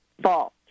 fault